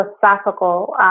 philosophical